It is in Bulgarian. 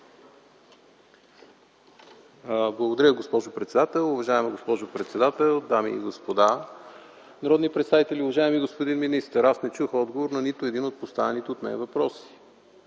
Благодаря, госпожо председател. Уважаема госпожо председател, дами и господа народни представители! Уважаеми господин министър, аз не чух отговор на нито един от поставените от мен въпроси.